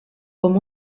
com